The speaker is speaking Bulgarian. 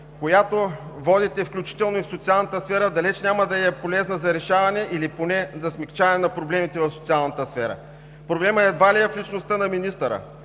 която водите, включително и в социалната сфера, далеч няма да ѝ е полезна за решаване или поне за смекчаване на проблемите в социалната сфера. Проблемът едва ли е в личността на министъра.